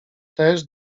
też